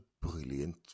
brilliant